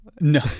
no